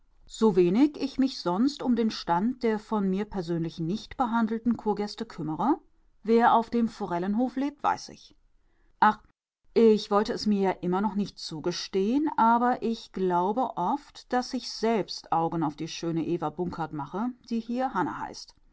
mitzuteilen sowenig ich mich sonst um den stand der von mir persönlich nicht behandelten kurgäste kümmere wer auf dem forellenhof lebt weiß ich ach ich wollte es mir ja immer noch nicht zugestehn aber ich glaube oft daß ich selbst augen auf die schöne eva bunkert mache die hier hanne heißt